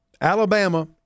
Alabama